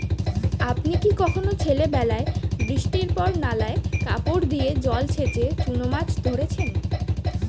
আপনি কি কখনও ছেলেবেলায় বৃষ্টির পর নালায় কাপড় দিয়ে জল ছেঁচে চুনো মাছ ধরেছেন?